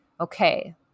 Okay